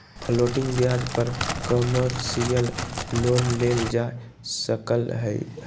floating ब्याज पर commercial loan लेल जा सकलई ह